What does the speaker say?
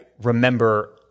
remember